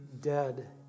dead